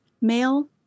male